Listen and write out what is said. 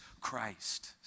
Christ